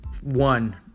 one